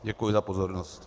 Děkuju za pozornost.